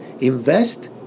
invest